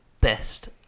Best